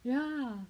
ya